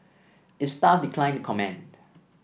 its staff declined to comment